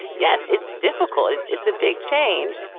yes, it's difficult. it's a big change.